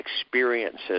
experiences